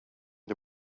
the